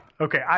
Okay